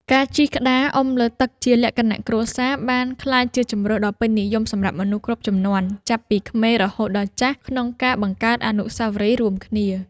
ការជិះក្តារអុំលើទឹកជាលក្ខណៈគ្រួសារ បានក្លាយជាជម្រើសដ៏ពេញនិយមសម្រាប់មនុស្សគ្រប់ជំនាន់ ចាប់ពីក្មេងរហូតដល់ចាស់ ក្នុងការបង្កើតអនុស្សាវរីយ៍រួមគ្នា។